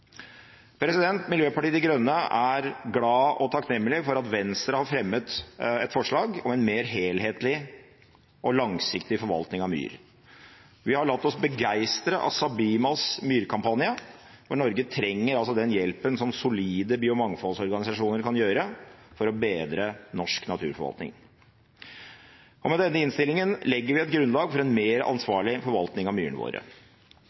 Miljøpartiet De Grønne er glad og takknemlig for at Venstre har fremmet et forslag om en mer helhetlig og langsiktig forvaltning av myr. Vi har latt oss begeistre av SABIMAs myrkampanje, for Norge trenger den hjelpen som solide biomangfoldsorganisasjoner kan utgjøre for å bedre norsk naturforvaltning. Med denne innstillingen legger vi et grunnlag for en mer ansvarlig forvaltning av myrene våre.